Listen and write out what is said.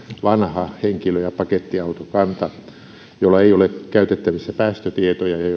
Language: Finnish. vanha henkilö ja pakettiautokanta josta ei ole käytettävissä päästötietoja ja